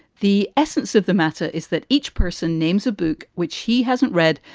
the essence of the matter is that each person names a book which he hasn't read,